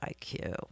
IQ